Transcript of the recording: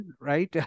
right